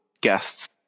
guests